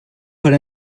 per